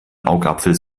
augapfel